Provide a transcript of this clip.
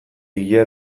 ilea